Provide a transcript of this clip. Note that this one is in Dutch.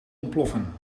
ontploffen